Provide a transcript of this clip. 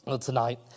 tonight